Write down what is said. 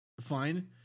Fine